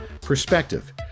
Perspective